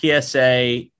PSA